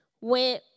went